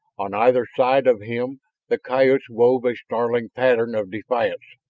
on either side of him the coyotes wove a snarling pattern of defiance,